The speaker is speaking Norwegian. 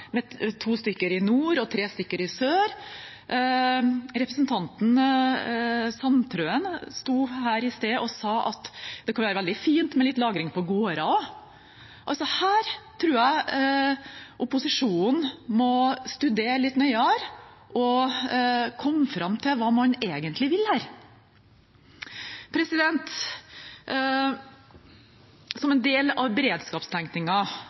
stykker i sør? Representanten Sandtrøen sto her i sted og sa at det kan være veldig fint med litt lagring på gårder også. Dette tror jeg opposisjonen må studere litt nøyere, og komme fram til hva man egentlig vil. Som en del av